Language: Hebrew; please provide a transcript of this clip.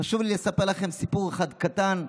חשוב לי לספר לכם סיפור אחד קטן,